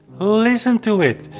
listen to it,